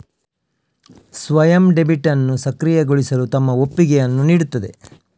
ಸ್ವಯಂ ಡೆಬಿಟ್ ಅನ್ನು ಸಕ್ರಿಯಗೊಳಿಸಲು ತಮ್ಮ ಒಪ್ಪಿಗೆಯನ್ನು ನೀಡುತ್ತದೆ